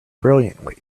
brilliantly